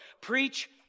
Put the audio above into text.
Preach